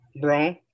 Bro